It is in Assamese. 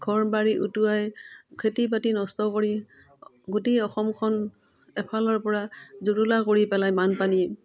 ঘৰ বাৰী উটোৱাই খেতি বাতি নষ্ট কৰি গোটেই অসমখন এফালৰ পৰা জুৰুলা কৰি পেলায় বানপানী